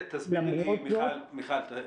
מיכל,